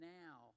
now